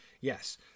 Yes